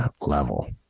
level